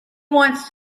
wants